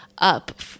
Up